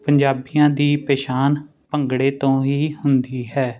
ਪੰਜਾਬੀਆਂ ਦੀ ਪਛਾਣ ਭੰਗੜੇ ਤੋਂ ਹੀ ਹੁੰਦੀ ਹੈ